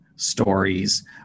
stories